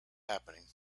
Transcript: happening